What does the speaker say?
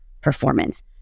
performance